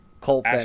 Colt